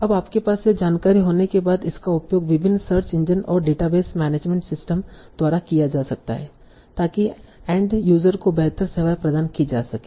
अब आपके पास यह जानकारी होने के बाद इसका उपयोग विभिन्न सर्च इंजन और डेटाबेस मैनेजमेंट सिस्टम द्वारा किया जा सकता है ताकि एन्ड यूजर को बेहतर सेवाएं प्रदान की जा सकें